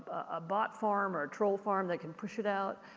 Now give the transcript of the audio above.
a bot farm or a troll farm that can push it out.